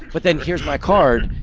but then here's my card.